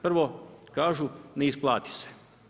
Prvo, kažu ne isplati se.